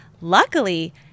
Luckily